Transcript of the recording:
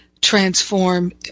transform